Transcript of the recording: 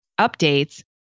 updates